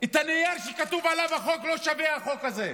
את הנייר שכתוב עליו החוק לא שווה, החוק הזה,